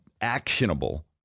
actionable